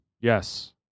Yes